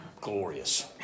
glorious